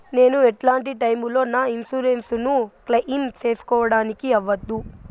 నేను ఎట్లాంటి టైములో నా ఇన్సూరెన్సు ను క్లెయిమ్ సేసుకోవడానికి అవ్వదు?